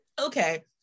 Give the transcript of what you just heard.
Okay